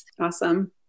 Awesome